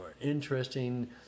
interesting